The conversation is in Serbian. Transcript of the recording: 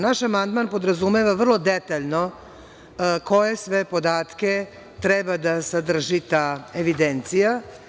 Naš amandman podrazumeva vrlo detaljno koje sve podatke treba da sadrži ta evidencija.